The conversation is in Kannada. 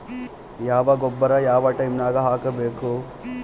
ಯಾವ ಗೊಬ್ಬರ ಯಾವ ಟೈಮ್ ನಾಗ ಹಾಕಬೇಕು?